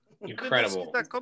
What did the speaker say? Incredible